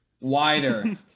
Wider